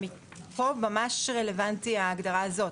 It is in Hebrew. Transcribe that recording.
פה זה ממש רלוונטי, ההגדרה הזאת.